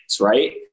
right